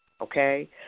Okay